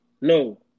no